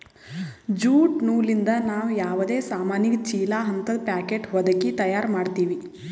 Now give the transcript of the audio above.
jute ನೂಲಿಂದ್ ನಾವ್ ಯಾವದೇ ಸಾಮಾನಿಗ ಚೀಲಾ ಹಂತದ್ ಪ್ಯಾಕೆಟ್ ಹೊದಕಿ ತಯಾರ್ ಮಾಡ್ತೀವಿ